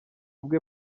bwe